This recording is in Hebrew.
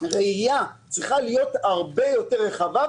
שהראייה צריכה להיות הרבה יותר רחבה.